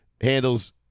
handles